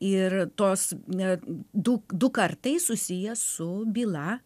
ir tos na du du kartai susiję su byla